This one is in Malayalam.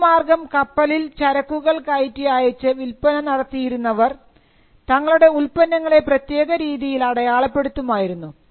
കടൽമാർഗ്ഗം കപ്പലിൽ ചരക്കുകൾ കയറ്റി അയച്ച് വില്പന നടത്തിയിരുന്നവർ തങ്ങളുടെ ഉത്പന്നങ്ങളെ പ്രത്യേക രീതിയിൽ അടയാളപ്പെടുത്തുമായിരുന്നു